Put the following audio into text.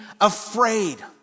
afraid